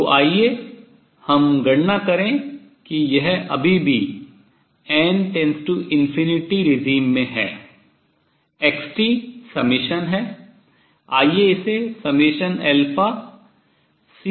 तो आइए हम गणना करें कि यह अभी भी n→ ∞ regime व्यवस्था में है